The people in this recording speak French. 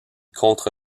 contre